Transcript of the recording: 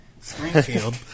Springfield